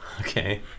Okay